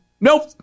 Nope